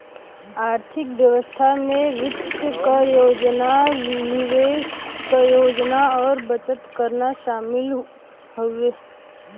आर्थिक व्यवस्था में वित्त क योजना निवेश क योजना और बचत करना शामिल हउवे